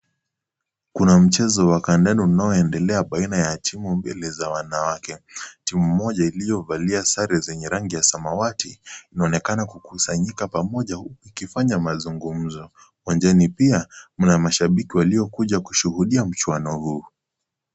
Kuna mchezo wa kandanda unaoendelea baina ya timu mbili za wanawake. Timu moja iliyo alia sare za samawati, inaonekana kukusanyika pamoja huku ikifanya mazungumzo. Uwanjani pia, kuna mashabiki waliokuja kushuhudia mchwano huu.